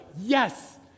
Yes